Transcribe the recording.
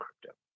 crypto